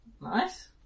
Nice